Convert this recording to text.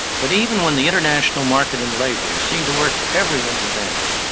but even when the international market in labor is seen to work to everyone's advantage,